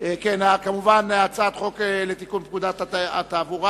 הצעת חוק לתיקון פקודת התעבורה